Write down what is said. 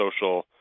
social